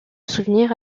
souvenirs